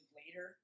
later